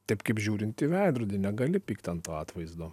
taip kaip žiūrint į veidrodį negali pykti ant to atvaizdo